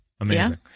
amazing